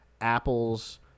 Apple's